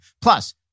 Plus